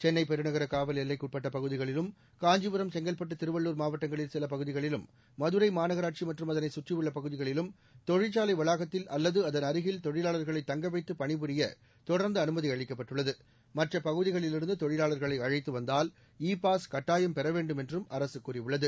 சென்னைப் பெருநகர காவல் எல்லைக்குட்பட்ட பகுதிகளிலும் காஞ்சிபுரம் செங்கற்பட்டு திருவள்ளூர் மாவட்டங்ளில் சில பகுதிகளிலும் மதுரை மாநகராட்சி மற்றும் அதனைச் கற்றியுள்ள பகுதிகளிலும் தொழிற்சாலை வளாகத்தில் அல்லது அதன் அருகில் தொழிலாளர்களை தங்கவைத்து பணிபுரிய தொடர்ந்து அனுமதி அளிக்கப்பட்டுள்ளதுமற்ற பகுதிகளிலிருந்து தொழிலாளர்களை அழைத்து வந்தால் இ பாஸ் கட்டாயம் பெற வேண்டும் என்றும் அரசு கூறியுள்ளது